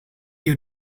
you